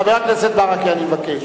חבר הכנסת ברכה, אני מבקש.